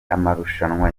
amarushanwa